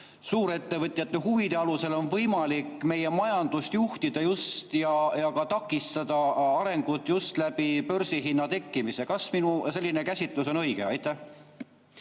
suurettevõtjate huvide alusel on võimalik meie majandust juhtida ja ka takistada arengut just börsihinna tekkimise kaudu. Kas minu selline käsitlus on õige? Aitäh,